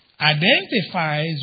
identifies